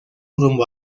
rumbo